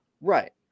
Right